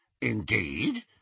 Indeed